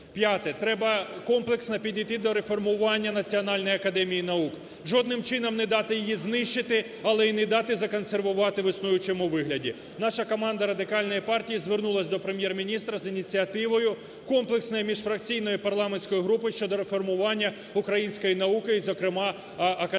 П'яте. Треба комплексно підійти до реформування Національної академії наук, жодним чином не дати її знищити, але й не дати законсервувати в існуючому вигляді. Наша команда Радикальної партії звернулась до Прем'єр-міністра з ініціативою комплексної міжфракційної парламентської групи щодо реформування української науки і, зокрема…